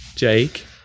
jake